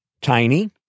Tiny